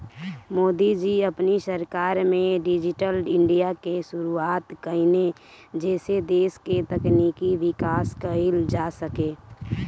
मोदी जी अपनी सरकार में डिजिटल इंडिया के शुरुआत कईने जेसे देस के तकनीकी विकास कईल जा सके